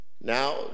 Now